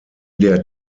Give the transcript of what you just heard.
der